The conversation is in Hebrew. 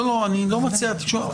אבל אנחנו לא יכולים להתעלם.